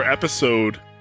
episode